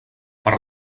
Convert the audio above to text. per